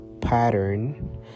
pattern